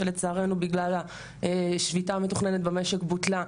שלצערנו בגלל השביתה המתוכננת במשק בוטלה,